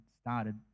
started